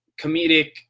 comedic